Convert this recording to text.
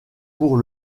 pour